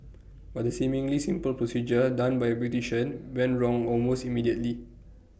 but the seemingly simple procedure done by A beautician went wrong almost immediately